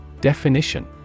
Definition